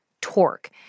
torque